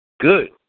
Good